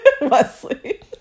Wesley